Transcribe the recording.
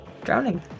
Drowning